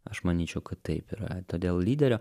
aš manyčiau kad taip yra todėl lyderio